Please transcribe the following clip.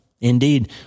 Indeed